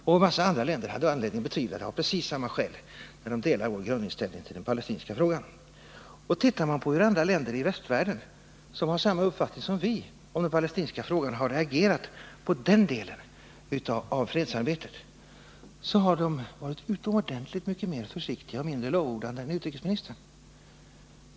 En massa andra länder hade anledning att betvivla det av precis samma skäl, länder som delar vår grundinställning till den palestinska frågan. Tittar man på hur andra länder i västvärlden, som har samma uppfattning som vi om den palestinska frågan, har reagerat på den delen av fredsarbetet, så finner man att de varit utomordentligt mycket mer försiktiga och mindre lovordande än utrikesministern.